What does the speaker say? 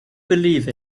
believe